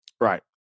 Right